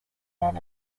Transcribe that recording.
then